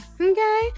Okay